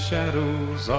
Shadows